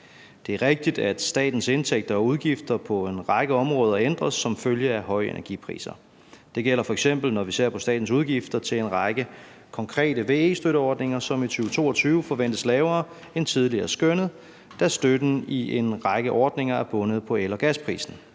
Det er rigtigt, at statens indtægter og udgifter på en række områder ændres som følge af høje energipriser. Det gælder f.eks., når vi ser på statens udgifter til en række konkrete VE-støtteordninger, som i 2022 forventes lavere end tidligere skønnet, da støtten i en række ordninger er bundet op på el- og gasprisen.